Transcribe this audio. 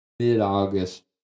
Mid-August